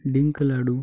डिंकलाडू